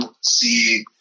see